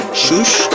shush